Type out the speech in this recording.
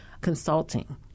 consulting